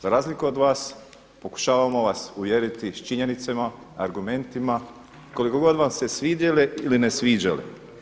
Za razliku od vas pokušavamo vas uvjeriti s činjenicama, argumentima koliko god vam se svidjele ili ne sviđale.